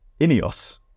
Ineos